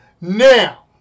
Now